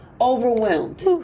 overwhelmed